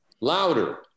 louder